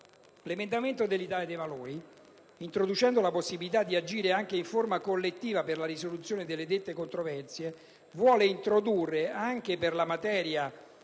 presentato dal Gruppo Italia dei Valori, introducendo la possibilità di agire anche in forma collettiva per la risoluzione di dette controversie, vuole introdurre anche per la materia